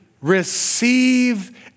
receive